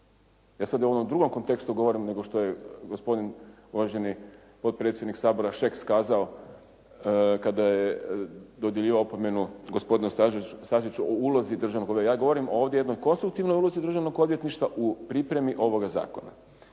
E sad u onom drugom kontekstu govorim nego što je gospodin uvaženi potpredsjednik Sabora Šeks kazao kada je dodjeljivao opomenu gospodinu Staziću o ulozi državnog odvjetništva. Ja govorim ovdje o jednoj konstruktivnoj ulozi državnog odvjetništva u pripremi ovoga zakona.